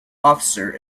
officer